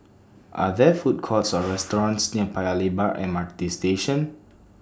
Are There Food Courts Or restaurants near Paya Lebar M R T Station